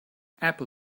apple